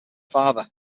father